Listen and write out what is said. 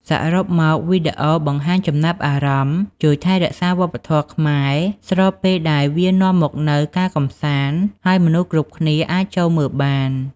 សរុបមក វីដេអូបង្ហាញចំណាប់អារម្មណ៍ជួយថែរក្សាវប្បធម៌ខ្មែរ ស្របពេលដែលវានាំមកនូវការកម្សាន្ត ហើយមនុស្សគ្រប់គ្នាអាចចូលមើលបាន។